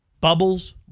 Bubbles